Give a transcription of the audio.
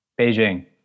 beijing